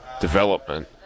development